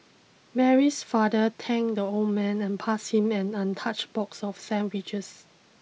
Mary's father thanked the old man and passed him an untouched box of sandwiches